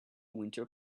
winter